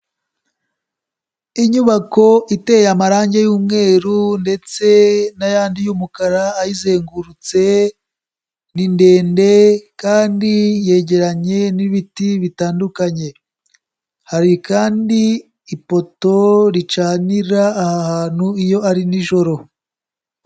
Inyubako iteye amarange y'umweru ndetse n'ayandi y'umukara ayizengurutse, ni ndende kandi yegeranye n'ibiti bitandukanye, hari kandi ipoto ricanira aha hantu iyo ari nijoro.